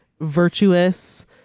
virtuous